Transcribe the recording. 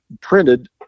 printed